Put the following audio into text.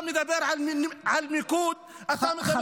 אתה מדבר על מיקוד, אתה מדבר על ריכוז.